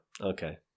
Okay